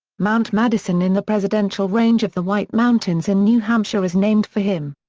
mount madison in the presidential range of the white mountains in new hampshire is named for him.